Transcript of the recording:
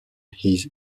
his